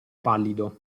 pallido